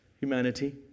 humanity